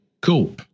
Cool